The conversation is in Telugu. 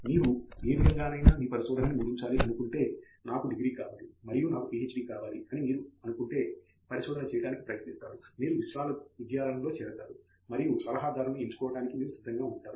మీరు ఏ విధంగానైనా మీ పరిశోధనని ముగించాలి అనుకుంటే నాకు డిగ్రీ కావాలి మరియు నాకు పిహెచ్డి డిగ్రీ కావాలి అని మీరు అనుకుంటే పరిశోధన చేయడానికి ప్రయత్నిస్తారు మీరు విశ్వవిద్యాలయంలో చేరతారు మరియు సలహాదారుని ఎంచుకోవడానికి మీరు సిద్ధంగా ఉంటారు